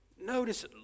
Notice